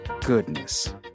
goodness